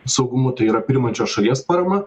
saugumu tai yra priimančios šalies parama